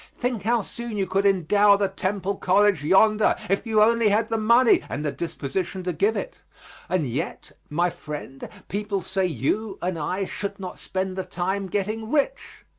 think how soon you could endow the temple college yonder if you only had the money and the disposition to give it and yet, my friend, people say you and i should not spend the time getting rich.